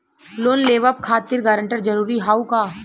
Loan लेवब खातिर guarantor जरूरी हाउ का?